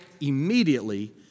immediately